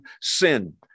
sin